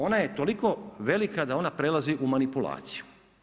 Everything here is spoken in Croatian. Ona je toliko velika da ona prelazi u manipulaciju.